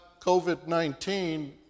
COVID-19